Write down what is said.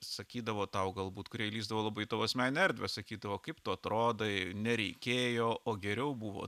sakydavo tau galbūt kurie lįsdavo labai į tavo asmeninę erdvę sakydavo kaip tu atrodai nereikėjo o geriau buvo